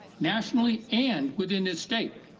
nationally and within this state